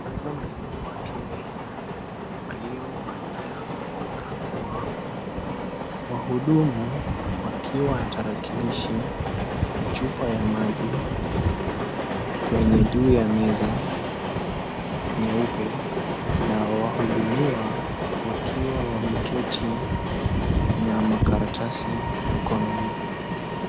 Ukumbi wa watu wengi waliovalia barakoa. Wahudumu wakiwa na tarakilishi na chupa ya maji kwenye juu ya meza nyeupe na wahudumiwa wakiwa wameketi na makaratasi mkononi.